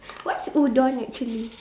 what's udon actually